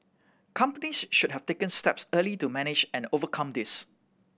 companies should have taken steps early to manage and overcome this